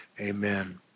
Amen